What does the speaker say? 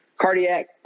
cardiac